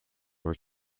were